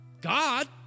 God